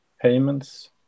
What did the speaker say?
payments